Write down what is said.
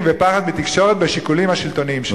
ופחד מתקשורת בשיקולים השלטוניים שלהם.